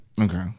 Okay